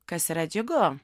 kas yra džiugu